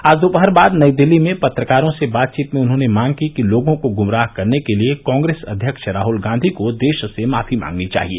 आज दोपहर बाद नई दिल्ली में पत्रकारों से बातचीत में उन्होंने मांग की कि लोगों को गुमराह करने के लिए कांग्रेस अध्यक्ष राहल गांधी को देश से माफी मांगनी चाहिए